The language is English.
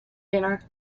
dinner